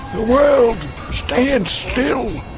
world stands still